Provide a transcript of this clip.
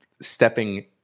stepping